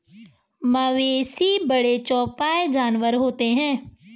मवेशी बड़े चौपाई जानवर होते हैं